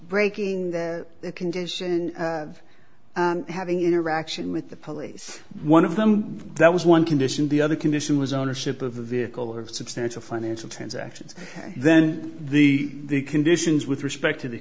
breaking that condition of having interaction with the police one of them that was one condition the other condition was ownership of the vehicle of substantial financial transactions then the conditions with respect to the